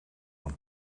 van